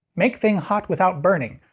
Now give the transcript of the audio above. make thing hot without burning.